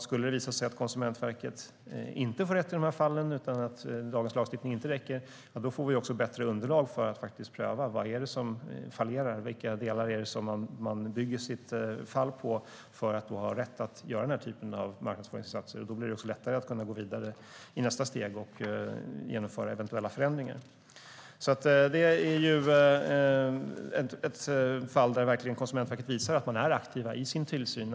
Skulle det visa sig att Konsumentverket inte får rätt i de här fallen och att dagens lagstiftning inte räcker får vi också bättre underlag för att pröva vad det är som fallerar och vilka delar det är som man bygger sitt fall på för att ha rätt att göra den här typen av marknadsföringsinsatser. Då blir det också lättare att gå vidare i nästa steg och genomföra eventuella förändringar. Detta är ett fall där Konsumentverket verkligen visar att man är aktiv i sin tillsyn.